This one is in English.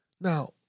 Now